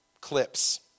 clips